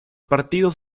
partidos